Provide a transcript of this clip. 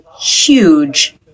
huge